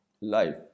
life